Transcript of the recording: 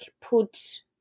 put